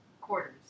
quarters